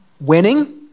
winning